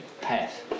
path